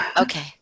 Okay